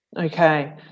Okay